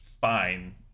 Fine